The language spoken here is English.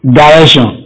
direction